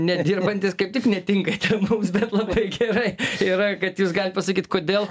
nedirbantis kaip tik netinka čia mums labai gerai yra kad jūs galit pasakyt kodėl